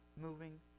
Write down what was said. moving